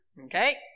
Okay